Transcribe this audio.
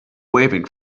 waving